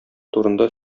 турында